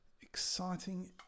exciting